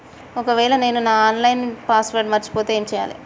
ఒకవేళ నేను నా ఆన్ లైన్ పాస్వర్డ్ మర్చిపోతే ఏం చేయాలే?